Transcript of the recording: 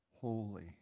holy